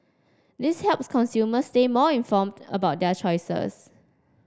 this helps consumers stay more informed about their choices